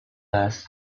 earth